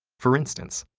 for instance,